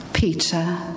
Peter